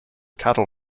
cattle